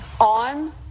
on